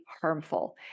harmful